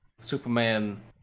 Superman